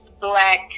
black